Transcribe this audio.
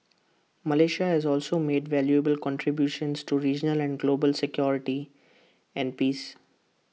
Malaysia has also made valuable contributions to regional and global security and peace